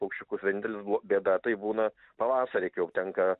paukščiukus vienintelis buvo bėda tai būna pavasarį kai jau tenka